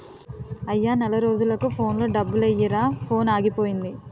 అయ్యా నెల రోజులకు ఫోన్లో డబ్బులెయ్యిరా ఫోనాగిపోయింది